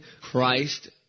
Christ